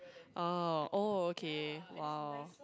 ah oh okay !wow!